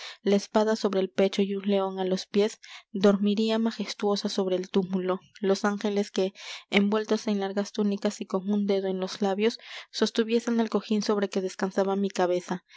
la espada sobre el pecho y un león á los pies dormiría majestuosa sobre el túmulo los ángeles que envueltos en largas túnicas y con un dedo en los labios sostuviesen el cojín sobre que descansaba mi cabeza